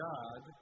God